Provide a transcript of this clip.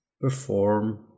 perform